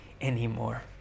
anymore